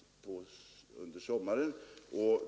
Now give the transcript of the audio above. handläggning: ärenden under sommaren.